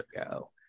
ago